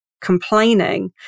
complaining